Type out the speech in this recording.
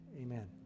amen